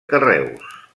carreus